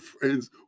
Friends